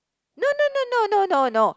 no no no no no